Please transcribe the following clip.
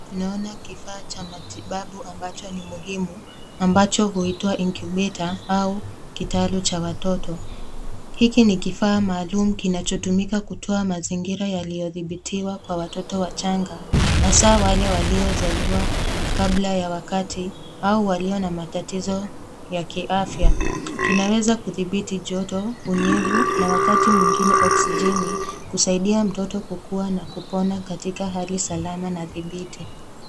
Tunaona kifaa cha matibabu ambacho ni muhimu ambacho huitwa incubator au kitalu cha watoto. Hiki ni kifaa maalum kinachotumika kutoa mazingira yaloyodhibitiwa kwa watoto wachanga hasa wale waliozaliwa kabla ya wakati au walio na matatizo ya kiafya. Kinaweza kudhibiti joto, unyevu na wakati mwigine oksijeni kusaidia mtoto kukua na kupona katika hali salama na dhibiti.